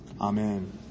Amen